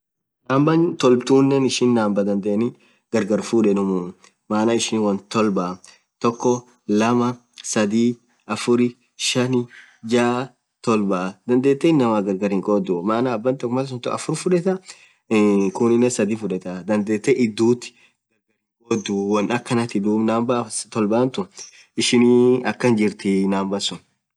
Number tolbb tunen ishii number dhadhani gargar fudhenumuu maan ishin won tolbaa toko, lamaa, sadhii, afur, shaan, jaa, tolbaa, dhandhethe inamaa gargar hinkhodhuu maaana aban tokko malsun afur fudhetha khuninen sadhii fudhethaa dhadhethe idhuuthi gargar hinkhodhuu won akhanathi dhub number tolban tuun ishinii akhan jirtiii number suun